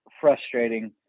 frustrating